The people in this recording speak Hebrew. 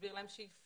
להסביר להם שיפנו,